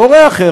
הורה אחר,